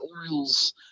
Orioles